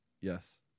Yes